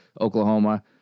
Oklahoma